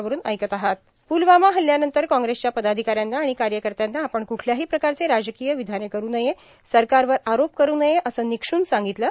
प्लवामा हल्ल्यानंतर काँग्रेसच्या पर्दाधिकाऱ्यांना आर्गण कायकत्याना आपण क्ठल्याहां प्रकारचे राजकांय र्विधाने करू नये सरकारवर आरोप करू नये असं र्विनक्षून सांगितलं